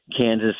Kansas